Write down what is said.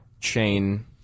chain